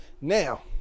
Now